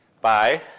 Bye